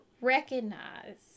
recognize